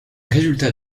résultats